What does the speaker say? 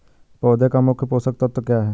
पौधे का मुख्य पोषक तत्व क्या हैं?